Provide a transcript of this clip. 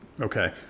Okay